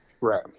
Right